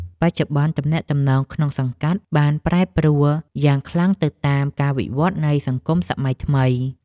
បច្ចុប្បន្ន ទំនាក់ទំនងក្នុងសង្កាត់បានប្រែប្រួលយ៉ាងខ្លាំងទៅតាមការវិវត្តនៃសង្គមសម័យថ្មី។